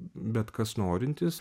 bet kas norintis